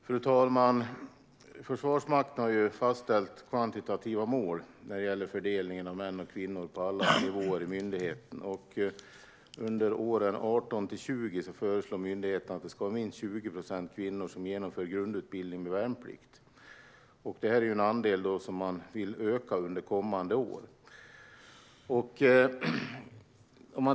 Fru talman! Försvarsmakten har fastställt kvantitativa mål när det gäller fördelningen av män och kvinnor på alla nivåer i myndigheten. Under åren 2018-2020 föreslår myndigheten att minst 20 procent kvinnor ska genomföra grundutbildning och värnplikt. Det är en andel som man vill öka under kommande år.